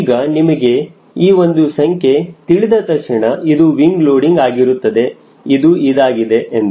ಈಗ ನಿಮಗೆ ಈ ಒಂದು ಸಂಖ್ಯೆ ತಿಳಿದ ತಕ್ಷಣ ಇದು ವಿಂಗ ಲೋಡಿಂಗ್ ಆಗಿರುತ್ತದೆ ಇದು ಇದಾಗಿದೆ ಎಂದು